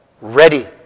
ready